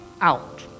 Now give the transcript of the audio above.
out